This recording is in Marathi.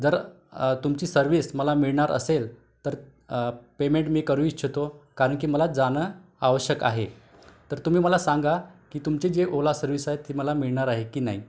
जर तुमची सर्व्हिस मला मिळणार असेल तर पेमेंट मी करू इच्छितो कारण की मला जाणं आवश्यक आहे तर तुम्ही मला सांगा की तुमची जी ओला सर्व्हिस आहे ती मला मिळणार आहे की नाही